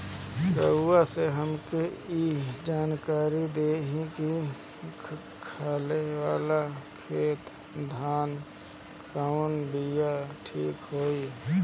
रउआ से हमके ई जानकारी देई की खाले वाले खेत धान के कवन बीया ठीक होई?